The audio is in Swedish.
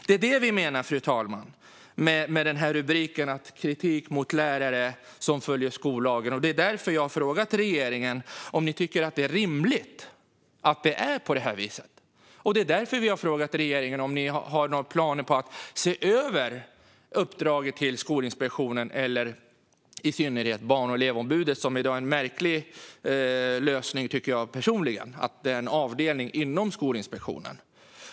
Det är det vi menar, fru talman, med interpellationsrubriken Kritik mot lärare som följer skollagen , och det är därför jag har frågat regeringen om ni tycker att det är rimligt att det är på det här viset. Det är därför vi har frågat regeringen om ni har några planer på att se över uppdraget till Skolinspektionen och i synnerhet Barn och elevombudet. Det är en märklig lösning, tycker jag personligen, att detta i dag är en avdelning inom Skolinspektionen.